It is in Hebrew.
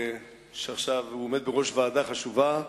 שעכשיו עומד בראש ועדה חשובה,